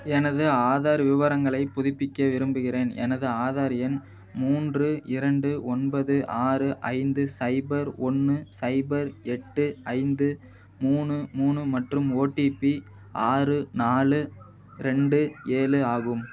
எனது ஆதார் விவரங்களை புதுப்பிக்க விரும்புகிறேன் எனது ஆதார் எண் மூன்று இரண்டு ஒன்பது ஆறு ஐந்து சைபர் ஒன்று சைபர் எட்டு ஐந்து மூணு மூணு மற்றும் ஓடிபி ஆறு நாலு ரெண்டு ஏழு ஆகும்